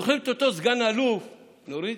זוכרים את אותו סגן אלוף, להוריד?